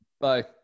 Bye